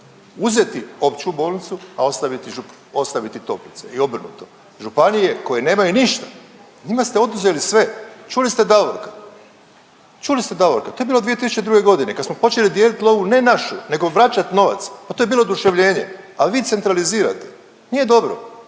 uzeti opću bolnicu, a ostaviti toplice i obrnuto. Županije koje nemaju ništa njima ste oduzeli sve. Čuli ste Davorka, čuli ste Davorka to je bilo 2002.g., kad smo počeli dijeliti lovu ne našu nego vraćat novac, pa to je bilo oduševljenje. A vi centralizirate, nije dobro,